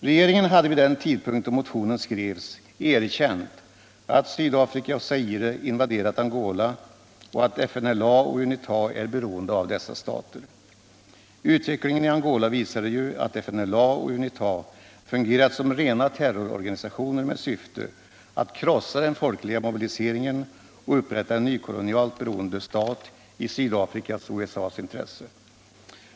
Regeringen hade vid den tidpunkt då motionen skrevs erkänt att Sydafrika och Zaire invaderat Angola och att FNÅLA och UNITA är beroende av dessa stater. Utvecklingen i Angola visade ju att FNLA och UNITA fungerat som rena terrororganisationer med syfte att krossa den folkliga mobiliseringen och upprätta en nykolonialt beroende stat i Sydafrikas och USA:s intresse.